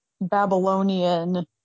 Babylonian